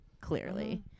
clearly